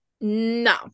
No